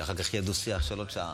כדי שאחר כך יהיה דו-שיח של עוד שעה.